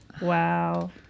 Wow